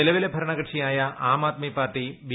നിലവിലെ ഭരണകക്ഷിയായ Aam Aadmi party B